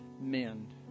mend